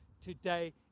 today